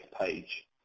page